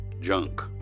junk